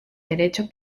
derecho